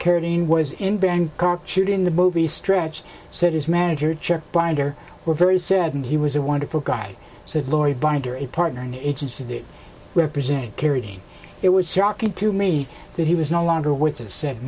carradine was in bangkok shooting the movie stretch said his manager chuck binder were very sad and he was a wonderful guy said laurie binder a partner and agency that represented carried it was shocking to me that he was no longer with us said